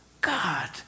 God